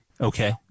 Okay